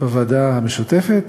בוועדה המשותפת